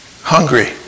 hungry